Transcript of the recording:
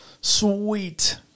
Sweet